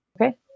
Okay